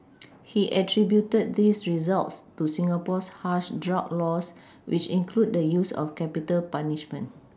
he attributed these results to Singapore's harsh drug laws which include the use of capital punishment